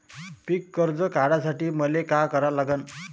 पिक कर्ज काढासाठी मले का करा लागन?